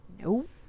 Nope